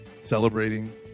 celebrating